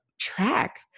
Track